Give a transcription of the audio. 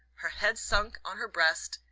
her head sunk on her breast,